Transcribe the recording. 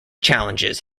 challenges